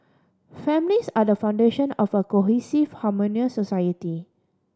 families are the foundation of a cohesive harmonious society